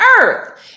earth